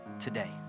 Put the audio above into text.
today